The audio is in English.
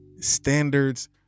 Standards